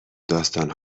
داستان